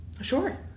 Sure